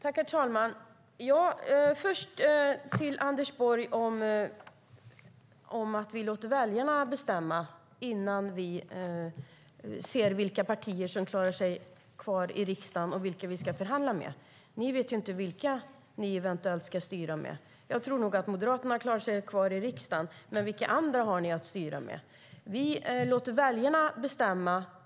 Herr talman! Jag vill först säga till Anders Borg att vi låter väljarna bestämma och ser vilka partier som klarar sig kvar i riksdagen innan vi bestämmer vilka vi ska förhandla med. Ni vet inte vilka ni eventuellt ska styra med. Jag tror nog att Moderaterna klarar sig kvar i riksdagen, men vilka andra har ni att styra med? Vi låter väljarna bestämma.